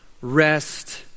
rest